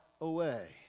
away